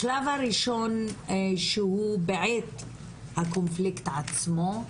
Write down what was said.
השלב הראשון שהוא בעת הקונפליקט עצמו,